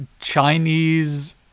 chinese